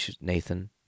Nathan